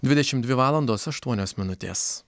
dvidešim dvi valandos aštuonios minutės